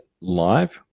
live